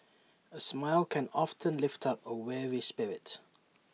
A smile can often lift up A weary spirit